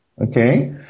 okay